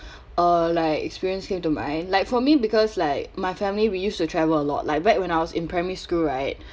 uh like experience came to my like for me because like my family we used to travel a lot like back when I was in primary school right